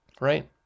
right